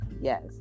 yes